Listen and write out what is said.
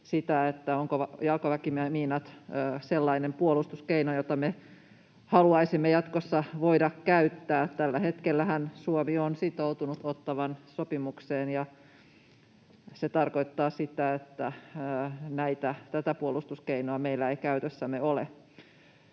ovatko jalkaväkimiinat sellainen puolustuskeino, jota me haluaisimme jatkossa voida käyttää. Tällä hetkellähän Suomi on sitoutunut Ottawan sopimukseen, ja se tarkoittaa sitä, että tätä puolustuskeinoa meillä ei käytössämme ole.